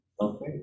Okay